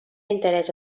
interès